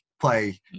play